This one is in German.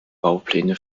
baupläne